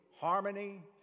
harmony